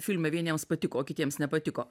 filme vieniems patiko o kitiems nepatiko